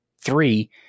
Three